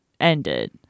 ended